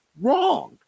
wrong